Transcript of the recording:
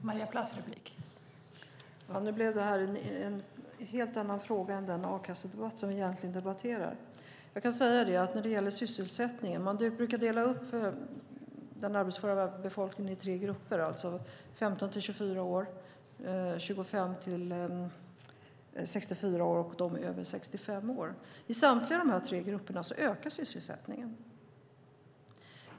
Fru talman! Nu blev det här en helt annan fråga än den a-kassefråga vi egentligen debatterar. När det gäller sysselsättningen brukar man dela upp den arbetsföra befolkningen i tre grupper: 15-24 år, 25-64 år och över 65 år. I samtliga tre grupper ökar sysselsättningen.